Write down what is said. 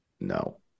No